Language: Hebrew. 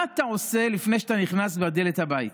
מה אתה עושה לפני שאתה נכנס בדלת הבית?